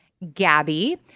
Gabby